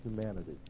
humanity